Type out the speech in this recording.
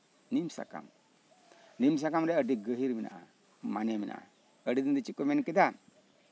ᱱᱤᱢ ᱥᱟᱠᱟᱢ ᱱᱤᱢ ᱥᱟᱠᱟᱢ ᱨᱮ ᱟᱹᱰᱤ ᱜᱟᱹᱦᱤᱨ ᱢᱮᱱᱟᱜᱼᱟ ᱢᱟᱱᱮ ᱢᱮᱱᱟᱜᱼᱟ ᱟᱹᱰᱤ ᱫᱤᱱ ᱫᱚ ᱪᱮᱫ ᱠᱚ ᱢᱮᱱ ᱠᱮᱫᱟ